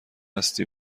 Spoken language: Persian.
هستی